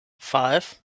five